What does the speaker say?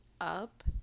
up